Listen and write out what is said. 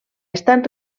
estat